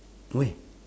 where